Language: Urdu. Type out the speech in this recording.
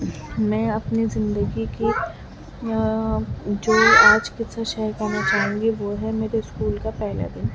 میں اپنی زندگی کی جو آج شیئر کرنا چاہوں گی وہ ہے میرے اسکول کا پہلا دن